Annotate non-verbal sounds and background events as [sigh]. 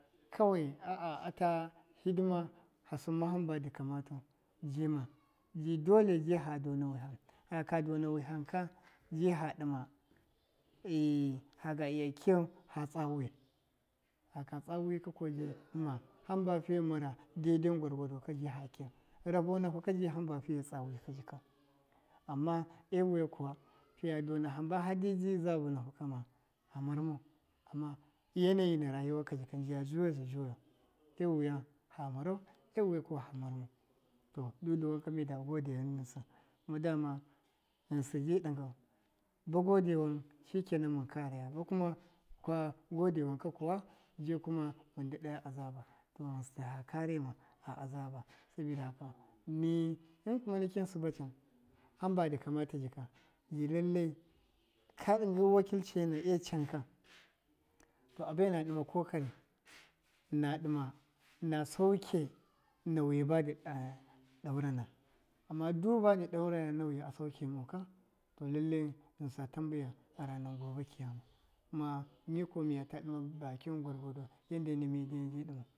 Kawai a a ata hidima ha sɨmma hamba dɨ kamatau jima ji dole ji fa dona wɨhan faka dona wɨhanka ji fa ɗima [hesitation] haga iya kiyau fa tsa wɨ, faka tsawi ka jima hanba fiye mara deden gwargwado ji fa kiyau rabo nafu ka ama ewuya a kubra fiya dona hamba fide za vɨnafu kama famarmau ama yanayi na rayuwa ka jika njiya juyaza juyau ewa fa marau rwa kuma fa marmau to duda wanka mida gode ghɨnsɨ kuma dama ghɨnsɨ ji ɗingau bag godewan shɨkenan mɨn karaya ba kuma ji mɨn daɗa ya azaba to ghɨnsi ha karema sabi da haka ni him kuma nikin sɨba can hamba dɨ kamata ka rika ji lalle ka ɗɨnge wakilcena e canka to abe na ɗɨma kokarɨ na ɗɨma na sauke nauyi badɨ [hesitation] ɗaurana ama du badu a dauraya nayi a saukemoka to lalle ghɨnsa tambeya a ranan gobe kiyama kuma mikuwa miyata ɗɨma bakin gwargwado yadda ena midebi ɗɨmau.